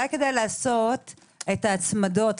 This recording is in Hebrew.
כדאי לעשות את ההצמדות,